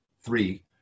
three